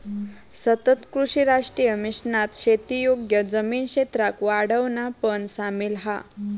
सतत कृषी राष्ट्रीय मिशनात शेती योग्य जमीन क्षेत्राक वाढवणा पण सामिल हा